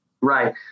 Right